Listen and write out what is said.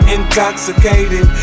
intoxicated